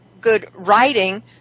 good-writing